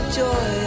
joy